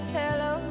hello